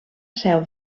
seu